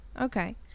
Okay